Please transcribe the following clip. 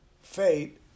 faith